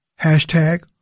hashtag